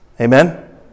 Amen